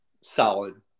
solid